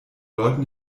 leuten